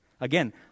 Again